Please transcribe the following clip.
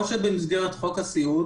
אפשר לקבל את זה במסגרת חוק הסיעוד,